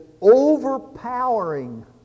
overpowering